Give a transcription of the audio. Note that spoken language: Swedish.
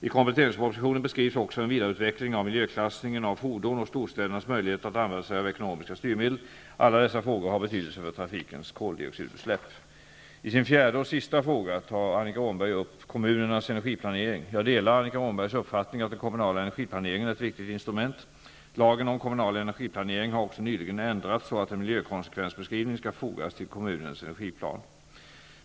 I kompletteringspropositionen beskrivs också en vidareutveckling av miljöklassningen av fordon och storstädernas möjligheter att använda sig av ekonomiska styrmedel. Alla dessa frågor har betydelse för trafikens koldioxidutsläpp. I sin fjärde och sista fråga tar Annika Åhnberg upp kommunernas energiplanering. Jag delar Annika Åhnbergs uppfattning att den kommunala energiplaneringen är ett viktigt instrument. Lagen om kommunal energiplanering har också nyligen ändrats så att en miljökonsekvensbeskrivning skall fogas till kommunens energiplan.